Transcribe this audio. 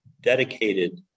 dedicated